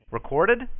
Recorded